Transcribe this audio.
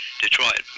Detroit